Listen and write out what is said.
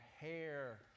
hair